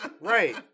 Right